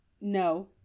no